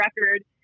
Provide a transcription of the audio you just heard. record